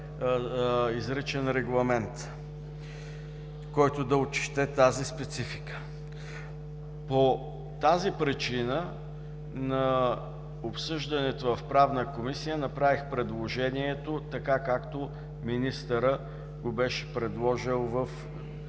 изричен регламент, който да отчете тази специфика. По тази причина на обсъждането в Правна комисия направих предложението, така както министърът го беше предложил в